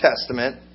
Testament